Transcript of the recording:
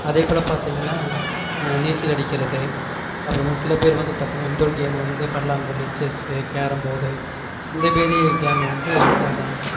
அதேபோல் பார்த்தீங்கன்னா நீச்சல் அடிக்கிறது அப்புறமாக சில பேர் வந்து பார்த்தீங்கன்னா இன்டோர் கேம் வந்து பல்லாங்குழி செஸ்ஸு கேரம்போர்டு இந்தமேரி கேமு வந்து விளையாடுறாங்க